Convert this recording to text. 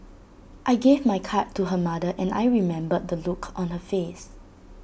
I gave my card to her mother and I remember the look on her face